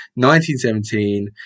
1917